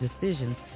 decisions